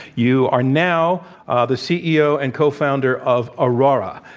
you are now ah the ceo and co-founder of aurora.